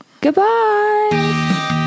Goodbye